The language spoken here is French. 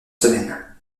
semaines